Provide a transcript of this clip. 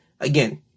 Again